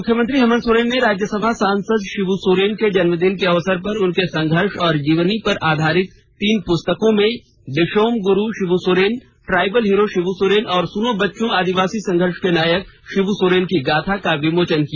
मुख्यमंत्री हेमंत सोरेन ने राज्यसभा सांसद शिबू सोरेन के जन्मदिन के अवसर पर उनके संघर्ष और जीवनी पर आधारित तीन पुस्तकों में दिशोम गुरु शिवू सोरेन ट्राइबल हीरो शिवू सोरेन और सुनो बच्चों आदिवासी संघर्ष के नायक शिव् सोरेन ै की गांथा का विमोचन किया